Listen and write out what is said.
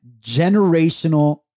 generational